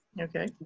Okay